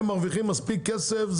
הם מרוויחים מספיק כסף.